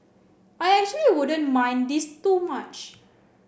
I actually wouldn't mind this too much